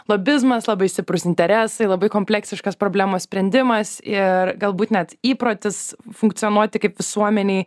lobizmas labai stiprūs interesai labai kompleksiškas problemos sprendimas ir galbūt net įprotis funkcionuoti kaip visuomenei